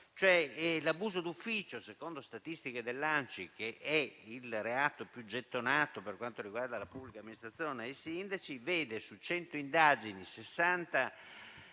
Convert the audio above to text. L'abuso d'ufficio, che secondo le statistiche dell'ANCI è il reato più gettonato per quanto riguarda la pubblica amministrazione e i sindaci, vede su cento indagini